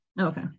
Okay